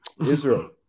Israel